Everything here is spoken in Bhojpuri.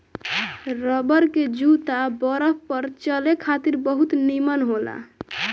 रबर के जूता बरफ पर चले खातिर बहुत निमन होला